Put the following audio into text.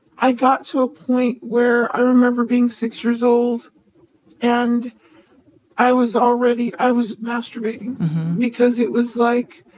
i got to a point where i remember being six years old and i was already, i was masturbating because it was like,